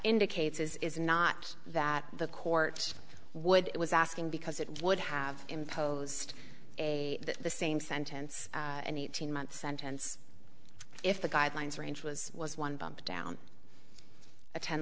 indicates is not that the court would it was asking because it would have imposed a the same sentence an eighteen month sentence if the guidelines range was was one bumped down a ten